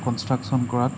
construction কৰাত